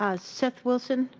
ah seth wilson?